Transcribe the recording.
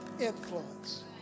influence